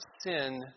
sin